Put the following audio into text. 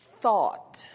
thought